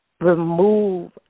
remove